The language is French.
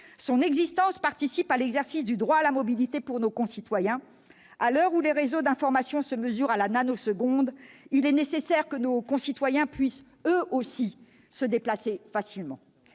son existence contribue à l'exercice du droit à la mobilité pour nos concitoyens. À l'heure où, sur les réseaux d'information, tout se mesure en nanoseconde, il est nécessaire que nos concitoyens puissent, eux aussi, se déplacer facilement.